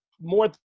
more